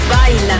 Baila